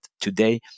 today